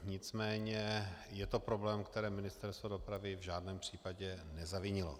Nicméně je to problém, který Ministerstvo dopravy v žádném případě nezavinilo.